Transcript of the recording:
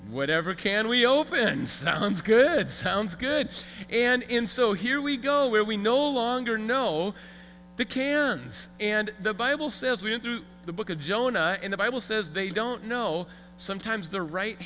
whatever can we open sounds good sounds good and in so here we go where we no longer know the cans and the bible says we are through the book of jonah and the bible says they don't know sometimes the right